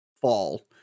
fall